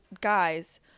guys